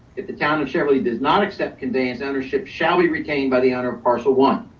if the town of cheverly does not accept condense ownership shall be retained by the owner of parcel one.